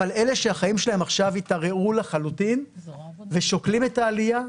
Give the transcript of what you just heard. אבל אלה שהחיים שלהם עכשיו התערערו לחלוטין ושוקלים את העלייה,